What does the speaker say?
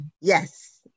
Yes